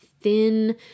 thin